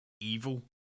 evil